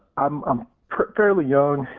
um i'm fairly young,